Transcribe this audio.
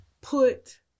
put